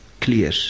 clear